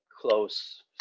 close